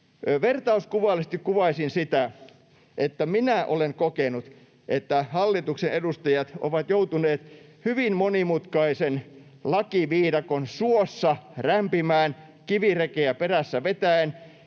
Vertauskuvallisesti kuvaisin sitä, että minä olen kokenut, että hallituksen edustajat ovat joutuneet hyvin monimutkaisen lakiviidakon suossa rämpimään kivirekeä perässä vetäen.